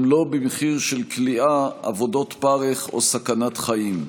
גם לא במחיר של כליאה, עבודות פרך או סכנת חיים.